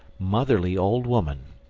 motherly old woman.